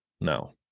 No